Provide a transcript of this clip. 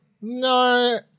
no